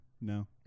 No